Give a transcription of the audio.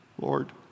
Lord